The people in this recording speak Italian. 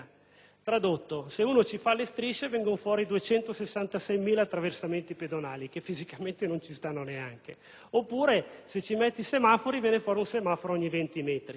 che, se si dipingono le strisce, vengono fuori 266.000 attraversamenti pedonali, che fisicamente non ci stanno neanche. Oppure, se si mettono semafori, viene fuori un semaforo ogni 20 metri.